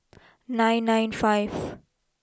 nine nine five